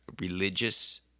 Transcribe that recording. religious